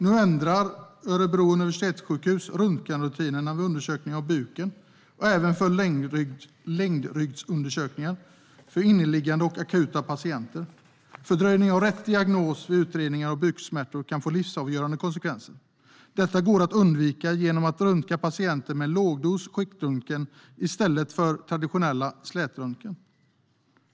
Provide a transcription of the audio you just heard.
Nu ändrar Örebro universitetssjukhus röntgenrutiner vid bukundersökningar och även vid ländryggsundersökningar för inneliggande och akutpatienter. Fördröjning av rätt diagnos vid utredning av buksmärtor kan få livsavgörande konsekvenser. Detta går att undvika genom att röntga patienten med lågdos skiktröntgen i stället för med traditionell slätröntgen.